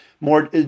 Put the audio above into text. more